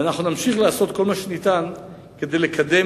ואנחנו נמשיך לעשות כל מה שניתן כדי לקדם